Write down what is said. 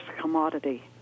commodity